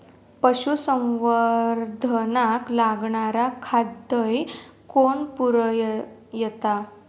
पशुसंवर्धनाक लागणारा खादय कोण पुरयता?